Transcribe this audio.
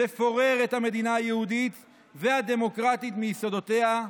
לפורר את המדינה היהודית והדמוקרטית מיסודותיה,